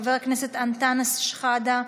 חבר הכנסת אנטאנס שחאדה,